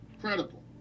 credible